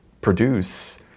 produce